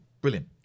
brilliant